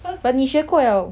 but 你学过了